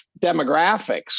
demographics